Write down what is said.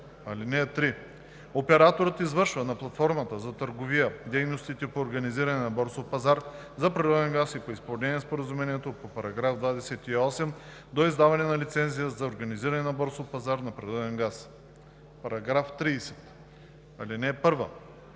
(3) Операторът извършва на платформата за търговия дейностите по организиране на борсов пазар на природен газ и по изпълнение на споразумението по § 28 до издаване на лицензия за организиране на борсов пазар на природен газ. § 30. (1)